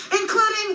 including